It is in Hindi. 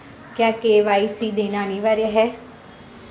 क्या के.वाई.सी देना अनिवार्य है?